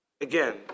again